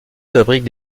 fabrique